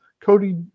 Cody